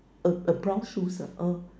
a a brown shoes uh